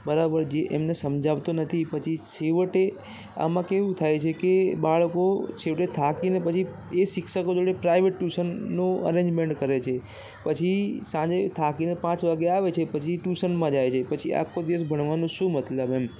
બરાબર જે એમને સમજાવતો નથી પછી છેવટે આમાં કેવું થાય છે કે બાળકો છેવટે થાકીને પછી એ શિક્ષકો જોડે પ્રાઇવેટ ટ્યુશનનું અરેન્જમેન્ટ કરે છે પછી સાંજે થાકીને પાંચ વાગે આવે છે પછી ટ્યુશનમાં જાય છે પછી આખો દિવસ ભણવાનો શું મતલબ એમ